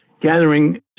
gathering